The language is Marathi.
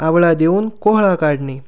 आवळा देऊन कोहळा काढणे